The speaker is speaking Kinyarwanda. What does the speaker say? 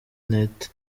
net